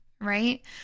right